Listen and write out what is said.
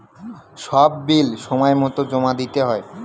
সব বিল সময়মতো জমা দিতে হয়